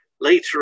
Later